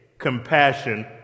compassion